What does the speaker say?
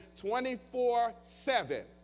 24-7